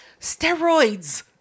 steroids